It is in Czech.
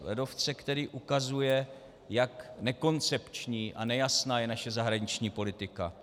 Ledovce, který ukazuje, jak nekoncepční a nejasná je naše zahraniční politika.